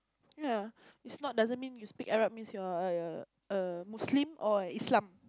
yeah it's not doesn't mean you speak Arab means you're a err a Muslim or Islam